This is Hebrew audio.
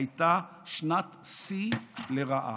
הייתה שנת שיא לרעה: